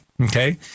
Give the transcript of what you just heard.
okay